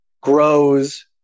grows